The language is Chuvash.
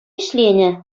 ӗҫленӗ